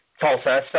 Tulsa